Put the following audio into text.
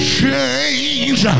change